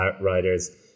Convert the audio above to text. riders